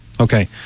Okay